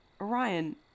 Orion